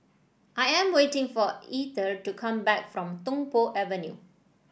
I am waiting for Ether to come back from Tung Po Avenue